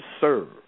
serve